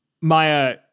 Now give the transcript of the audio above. Maya